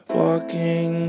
walking